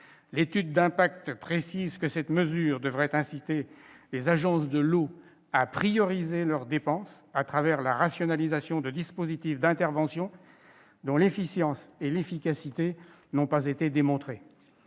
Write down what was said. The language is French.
l'étude d'impact précise que « cette mesure devrait inciter les agences de l'eau à prioriser leurs dépenses, à travers la rationalisation de dispositifs d'intervention dont l'efficience et l'efficacité n'ont pas été démontrées